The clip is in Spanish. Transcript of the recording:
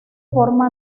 forma